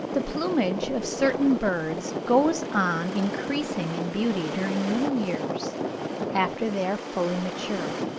the plumage of certain birds goes on increasing in beauty during many years after they are fully mature